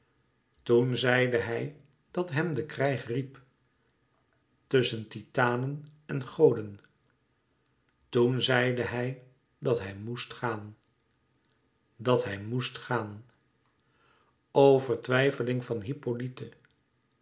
toen zeide hij dat hem de krijg riep tusschen titanen en goden toen zeide hij dat hij moest gàan dat hij moest gaan o vertwijfeling van